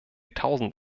tausend